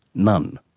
none.